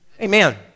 Amen